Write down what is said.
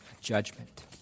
judgment